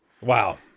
Wow